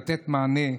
לתת מענה.